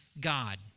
God